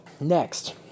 next